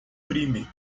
crime